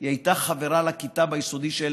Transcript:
היא הייתה חברה לכיתה ביסודי של